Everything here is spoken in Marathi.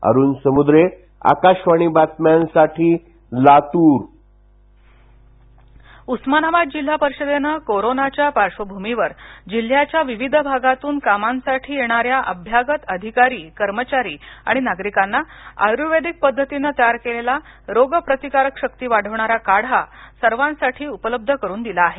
अरुण समुद्रे लातूर उस्मानाबाद जिल्हा परिषदेने कोरोनाच्या पार्श्वभूमीवर जिल्ह्याच्या विविध भागातून कामांसाठी येणाऱ्या अभ्यागत अधिकारी कर्मचारी आणि नागरिकांना आयुर्वेदिक पध्दतीने तयार केलेला रोगप्रतिकारशक्तीं वाढवणारा काढा सर्वांसाठी उपलब्ध करून दिला आहे